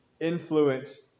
influence